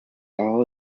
all